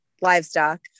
livestock